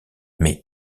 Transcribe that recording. mais